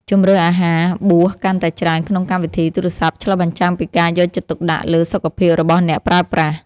ជម្រើសអាហារបួសកាន់តែច្រើនក្នុងកម្មវិធីទូរស័ព្ទឆ្លុះបញ្ចាំងពីការយកចិត្តទុកដាក់លើសុខភាពរបស់អ្នកប្រើប្រាស់។